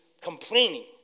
complaining